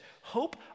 Hope